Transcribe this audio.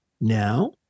now